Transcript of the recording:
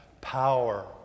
power